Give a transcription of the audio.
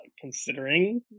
considering